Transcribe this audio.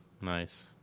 Nice